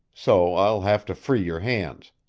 so i'll have to free your hands.